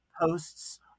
posts